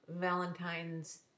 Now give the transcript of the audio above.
Valentines